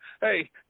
hey